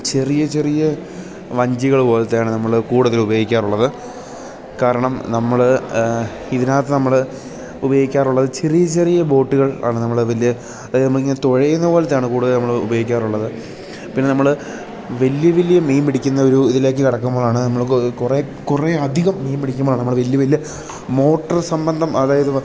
ചെറിയ ചെറിയ വഞ്ചികൾ പോലത്തെയാണ് നമ്മൾ കൂടുതൽ ഉപയോഗിക്കാറുള്ളത് കാരണം നമ്മൾ ഇതിനകത്ത് നമ്മൾ ഉപയോഗിക്കാറുള്ളത് ചെറിയ ചെറിയ ബോട്ടുകൾ ആണ് നമ്മൾ അതിൽ അതായത് നമ്മൾ ഇങ്ങനെ തുഴയുന്ന പോലത്തെയാണ് കൂടുതൽ നമ്മൾ ഉപയോഗിക്കാറുള്ളത് പിന്നെ നമ്മൾ വലിയ വലിയ മീൻ പിടിക്കുന്ന ഒരു ഇതിലേക്ക് കടക്കുമ്പോഴാണ് നമ്മൾക്ക് കുറേ കുറേ അധികം മീൻ പിടിക്കുമ്പോഴാണ് നമ്മൾ വലിയ വലിയ മോട്ടർ സംബന്ധം അതായത്